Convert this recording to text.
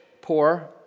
poor